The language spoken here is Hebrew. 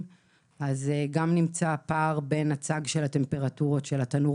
נמצא גם פער בין צג הטמפרטורות של תנור